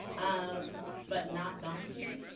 um but not daunting.